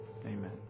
amen